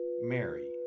Mary